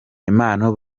impano